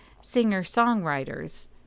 singer-songwriters